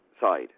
side